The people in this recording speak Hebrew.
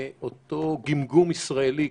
אותו גמגום ישראלי,